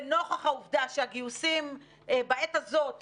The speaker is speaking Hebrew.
לנוכח העובדה שהגיוסים בעת הזאת מתקיימים,